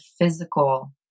physical